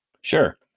Sure